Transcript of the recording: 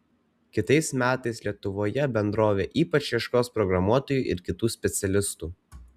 kitais metais lietuvoje bendrovė ypač ieškos programuotojų ir kitų specialistų